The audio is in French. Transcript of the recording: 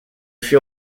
fut